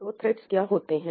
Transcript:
तो थ्रेड्स क्या होते हैं